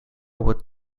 would